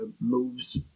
moves